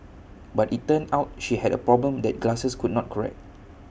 but IT turned out she had A problem that glasses could not correct